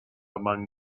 among